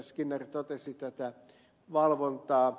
skinnari totesi tätä valvontaa